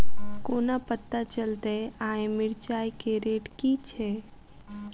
कोना पत्ता चलतै आय मिर्चाय केँ रेट की छै?